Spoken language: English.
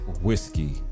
whiskey